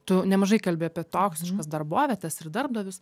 tu nemažai kalbi apie toksiškas darbovietes ir darbdavius